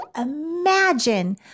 imagine